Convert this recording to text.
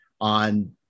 on